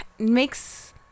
makes